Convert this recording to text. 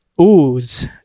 Ooze